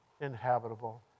inhabitable